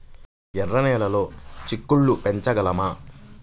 ఎర్ర నెలలో చిక్కుళ్ళు పెంచగలమా?